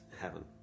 heaven